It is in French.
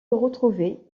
retrouvait